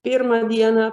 pirmą dieną